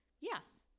Yes